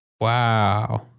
Wow